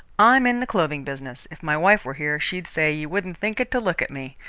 i'm in the clothing business. if my wife were here, she'd say you wouldn't think it to look at me.